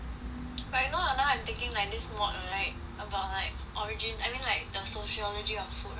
but you know hor now I'm taking like this mod right about like origin I mean like the sociology of food right